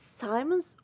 Simon's